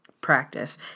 practice